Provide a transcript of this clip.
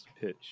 pitch